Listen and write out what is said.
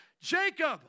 Jacob